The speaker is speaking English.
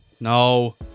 No